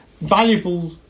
valuable